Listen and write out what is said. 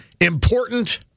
important